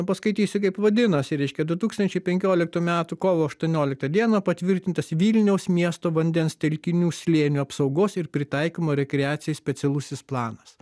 paskaitysiu kaip vadinosi reiškia du tūkstančiai penkioliktų metų kovo aštuonioliktą dieną patvirtintas vilniaus miesto vandens telkinių slėnių apsaugos ir pritaikymo rekreacijai specialusis planas